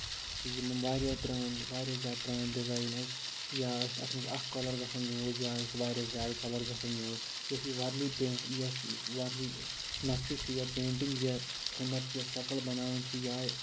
یِم واریاہ پرٲنۍ واریاہ زیادٕ پرٲنۍ ڈِزَاینۍ ٲسۍ یا ٲسۍ اَتھ منٛز اکھ کالر گژھان یوٗز یا ٲسۍ واریاہ زیادٕ گژھان یوٗز یُس یہِ ورلی یُس یہِ وَرلی نَقشہٕ چھُ یا پینٹنٛگ یا ہُنر چھُ یا شَکٕل بَناوٕنۍ چھِ یہِ آیہِ